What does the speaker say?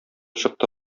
чыкты